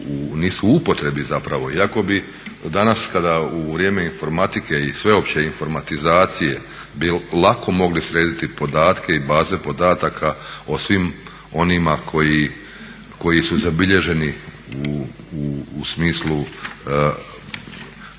nisu u upotrebi zapravo iako bi danas kada u vrijeme informatike i sveopće informatizacije bi lako mogli srediti podatke i baze podataka o svim onima koji su zabilježeni u smislu prekršaja,